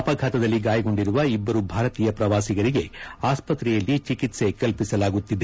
ಅಪಘಾತದಲ್ಲಿ ಗಾಯಗೊಂಡಿರುವ ಇಬ್ಬರು ಭಾರತೀಯ ಪ್ರವಾಸಿಗರಿಗೆ ಆಸ್ಪತ್ರೆಯಲ್ಲಿ ಚಿಕಿತ್ಸೆ ಕಲ್ಪಿ ಸಲಾಗುತ್ತಿದೆ